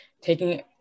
taking